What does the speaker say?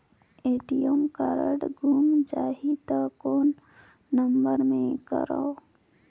ATM card गुम जाही त कौन नम्बर मे करव?